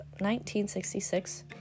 1966